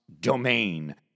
domain